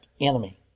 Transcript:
enemy